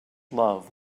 love